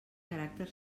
caràcter